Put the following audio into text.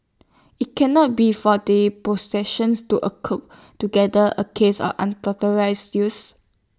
IT cannot be for the prosecution to A cope together A case of unauthorised use